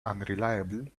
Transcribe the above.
unreliable